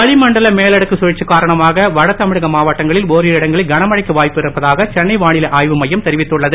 வளிமண்டல மேலடுக்கு சுழற்சி காரணமாக வடதமிழக மாவட்டங்களில் ஒரிரு இடங்களில் கனமழைக்கு வாய்ப்பு இருப்பதாக சென்னை வாளிலை ஆய்வு மையம் தெரிவித்துள்ளது